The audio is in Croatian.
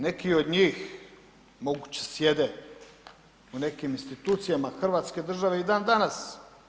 Neki od njih moguće sjede u nekim institucijama hrvatske države i dan danas.